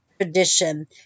tradition